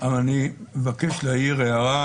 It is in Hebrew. אבל אני מבקש להעיר הערה,